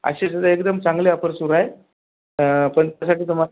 अशीसुद्धा एकदम चांगली आपर सुरू आहे पण त्यासाठी तुम्हाला